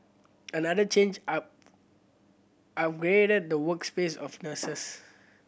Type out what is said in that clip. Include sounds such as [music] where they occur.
another change are [unintelligible] the work space of nurses